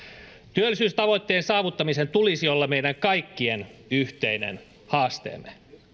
työllisyystavoitteen saavuttamisen tulisi olla meidän kaikkien yhteinen haaste